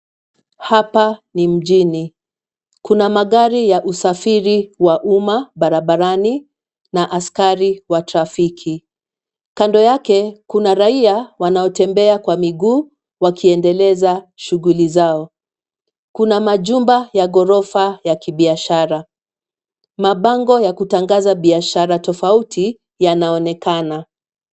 Hapa ni mjini. Kuna magari ya usafiri wa umma barabarani na askari wa trafiki. Kando yake, kuna raia wanaotembea kwa miguu wakiendeleza shughuli zao. Kuna majumba ya ghorofa ya kibiashara. Mabango ya kutangaza biashara tofauti yanaonekana.